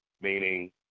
meaning